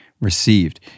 received